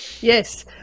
Yes